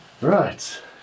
Right